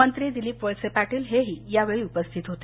मंत्री दिलीप वळसे पाटील हेही यावेळी उपस्थित होते